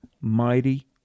mighty